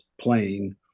playing